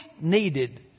needed